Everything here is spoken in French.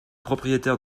propriétaires